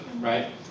right